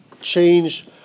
change